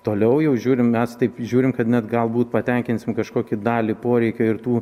toliau jau žiūrim mes taip žiūrim kad net galbūt patenkinsim kažkokį dalį poreikio ir tų